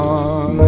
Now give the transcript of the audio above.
on